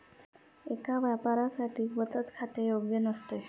एका व्यापाऱ्यासाठी बचत खाते योग्य नसते